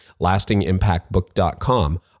lastingimpactbook.com